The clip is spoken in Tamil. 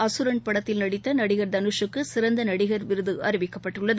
அசுரன் படத்தில் நடித்த நடிகர் தனுஷுக்கு சிறந்த நடிகர் விருது அறிவிக்கப்பட்டுள்ளது